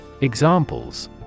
Examples